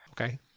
Okay